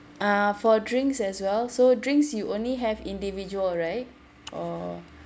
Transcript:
uh for drinks as well so drinks you only have individual right or